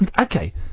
Okay